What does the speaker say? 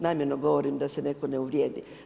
Namjerno govorim da se netko ne uvrijedi.